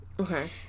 Okay